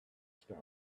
star